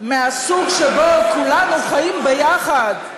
מהסוג שבו כולנו חיים ביחד,